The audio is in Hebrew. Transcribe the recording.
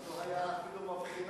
אז לא היתה אפילו מבחנה.